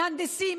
מהנדסים,